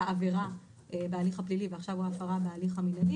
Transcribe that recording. עבירה בהליך הפלילי ועכשיו הוא הפרה מההליך המינהלי,